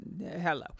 hello